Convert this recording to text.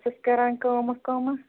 ٲسس کَران کٲمَہ کٲمَہ